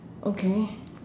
okay